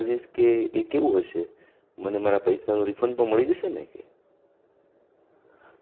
લગભગ મારે આજે ચાલીસ કે પચાસ મહેમાનો હશે એટલે સારી એવી કોનટેટીમાં ખાવાનું જોઈશે